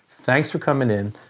thanks for coming in.